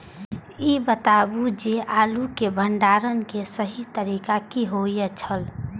ई बताऊ जे आलू के भंडारण के सही तरीका की होय छल?